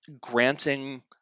granting